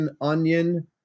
onion